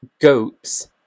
goats